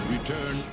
Return